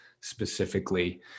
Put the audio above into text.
specifically